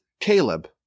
Caleb